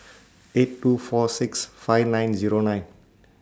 eight two four six five nine Zero nine